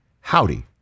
howdy